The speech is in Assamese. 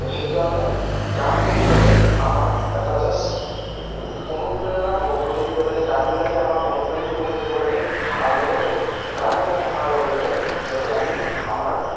ত' সেইকাৰণে গান বুলি ক'লে আমাৰ এটা জাষ্ট অনুপ্ৰেৰণা হৈ থাকিব লাগে গানবিলাকে আমাক অনুপ্ৰেৰিত কৰি থাকিব লাগে আৰু লগতে গান এটা শুনাৰ লগে লগে যাতে আমি আমাৰ